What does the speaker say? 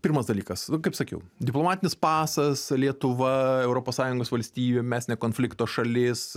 pirmas dalykas kaip sakiau diplomatinis pasas lietuva europos sąjungos valstybė mes ne konflikto šalis